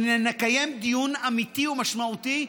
אמרנו שנקיים דיון אמיתי ומשמעותי,